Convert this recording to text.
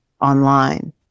online